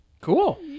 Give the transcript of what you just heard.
cool